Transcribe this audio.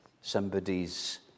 somebody's